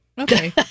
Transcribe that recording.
Okay